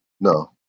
No